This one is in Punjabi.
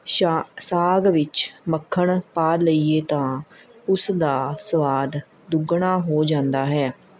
ਸ਼ਾ ਸਾਗ ਵਿੱਚ ਮੱਖਣ ਪਾ ਲਈਏ ਤਾਂ ਉਸ ਦਾ ਸਵਾਦ ਦੁੱਗਣਾ ਹੋ ਜਾਂਦਾ ਹੈ